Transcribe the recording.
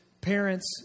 parents